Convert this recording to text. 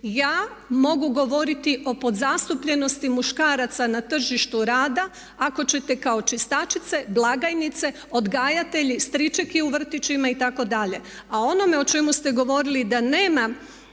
Ja mogu govoriti o podzastupljenosti muškaraca na tržištu rada ako ćete kao čistačice, blagajnice, odgajatelji, stričeki u vrtićima itd. a onome o čemu ste govorili da nema